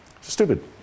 Stupid